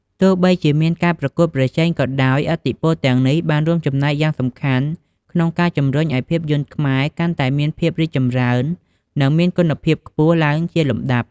ទោះបីជាមានការប្រកួតប្រជែងក៏ដោយ ឥទ្ធិពលទាំងនេះបានរួមចំណែកយ៉ាងសំខាន់ក្នុងការជំរុញឱ្យភាពយន្តខ្មែរកាន់តែមានភាពរីកចម្រើន និងមានគុណភាពខ្ពស់ឡើងជាលំដាប់។